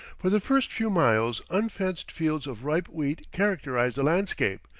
for the first few miles unfenced fields of ripe wheat characterize the landscape,